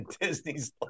Disney's